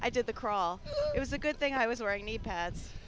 i did the crawl it was a good thing i was where i need p